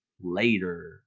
later